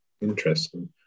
Interesting